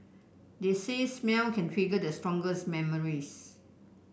they say smell can trigger the strongest memories